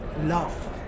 love